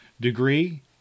degree